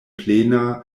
plena